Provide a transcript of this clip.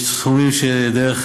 יש סכומים שהם דרך